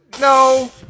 no